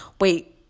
Wait